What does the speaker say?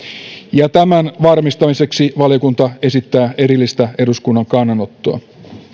ja tämän varmistamiseksi valiokunta esittää erillistä eduskunnan kannanottoa